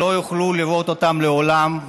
שלא יוכלו לראות אותם לעולם,